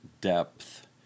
depth